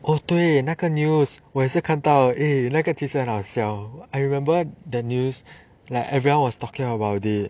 oh 对那个 news 我也是看到那个其实很好笑 I remember the news like everyone was talking about it